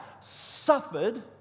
suffered